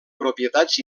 propietats